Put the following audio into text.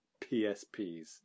PSPs